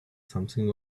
something